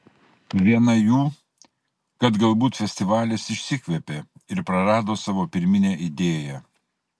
viena jų kad galbūt festivalis išsikvėpė ir prarado savo pirminę idėją